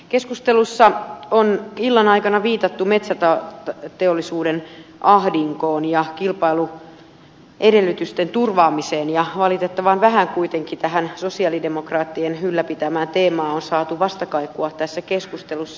keskustelussa on illan aikana viitattu metsäteollisuuden ahdinkoon ja kilpailuedellytysten turvaamiseen mutta valitettavan vähän kuitenkaan tähän sosialidemokraattien ylläpitämään teemaan on saatu vastakaikua tässä keskustelussa